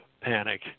panic